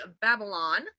Babylon